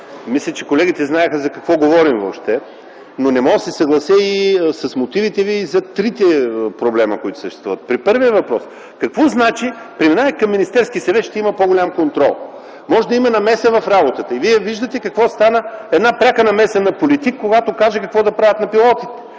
Мисля, че колегите знаеха за какво говорим въобще, но не мога да се съглася и с мотивите Ви за трите проблема, които съществуват. При първия въпрос: какво значи, при минаване към Министерския съвет ще има по-голям контрол. Може да има намеса в работата. Вие виждате какво стана след една пряка намеса на политик, когато каже какво да правят на пилотите.